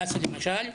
הדסה למשל,